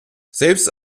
selbst